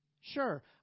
Sure